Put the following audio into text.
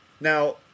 Now